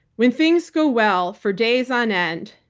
when things go well for days on end,